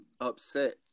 upset